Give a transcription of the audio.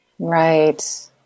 Right